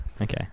Okay